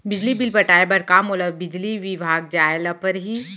बिजली बिल पटाय बर का मोला बिजली विभाग जाय ल परही?